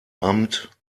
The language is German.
amt